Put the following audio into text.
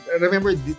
remember